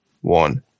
one